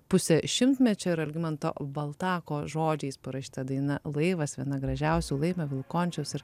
pusė šimtmečio ir algimanto baltako žodžiais parašyta daina laivas viena gražiausių laimio vilkončiaus ir